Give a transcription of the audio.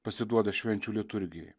pasiduoda švenčių liturgijai